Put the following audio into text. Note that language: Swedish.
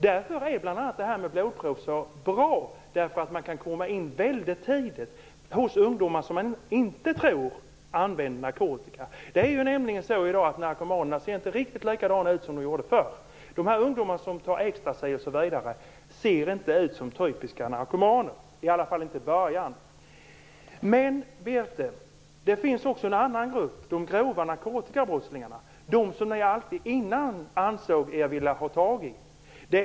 Därför är bl.a. detta med blodprov så bra, därför att man kan komma in väldigt tidigt hos ungdomar som man inte tror använder narkotika. I dag ser narkomanerna nämligen inte ut riktigt som de gjorde förr. De ungdomar som tar ecstasy m.m. ser inte ut som typiska narkomaner, i alla fall inte i början. Det finns också en annan grupp, och det är de grova narkotikabrottslingarna - de som ni alltid tidigare ansåg er vilja ha tag i, Birthe Sörestedt.